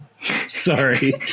Sorry